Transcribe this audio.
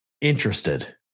interested